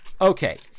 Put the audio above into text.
Okay